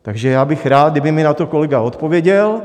Takže já bych rád, kdyby mi na to kolega odpověděl.